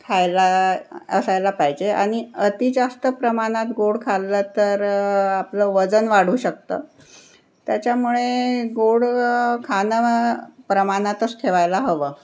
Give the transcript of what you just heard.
खायला असायला पाहिजे आणि अति जास्त प्रमाणात गोड खाल्लं तर आपलं वजन वाढू शकतं त्याच्यामुळे गोड खाणं प्रमाणातच ठेवायला हवं